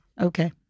Okay